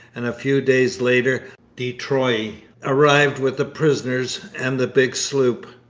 and a few days later de troyes arrived with the prisoners and the big sloop.